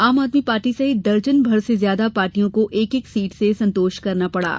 आम आदमी पार्टी सहित दर्जन भर से ज्यादा पार्टियों को एक एक सीट से संतोष करना पड़ा है